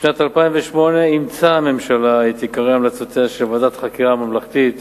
בשנת 2008 אימצה הממשלה את עיקרי המלצותיה של ועדת חקירה ממלכתית